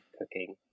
cooking